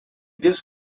this